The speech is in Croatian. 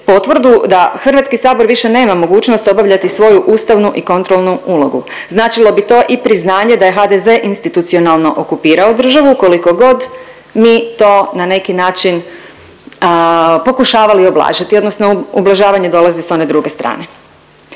potvrdu da Hrvatski sabor više nema mogućnost obavljati svoju ustavnu i kontrolnu ulogu. Značilo bi to i priznanje da je HDZ institucionalno okupirao državu koliko god mi to na neki način pokušavali ublažiti, odnosno ublažavanje dolazi sa one druge strane.